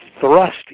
thrust